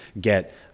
get